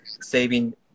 saving